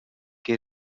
que